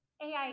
ai